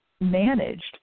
managed